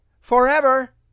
forever